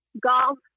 golf